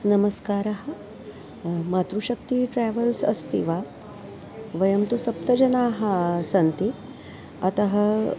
नमस्कारः मातृशक्ति ट्रेवेल्स् अस्ति वा वयं तु सप्त जनाः सन्ति अतः